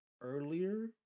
earlier